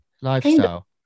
lifestyle